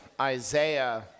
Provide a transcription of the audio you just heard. Isaiah